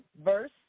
Verse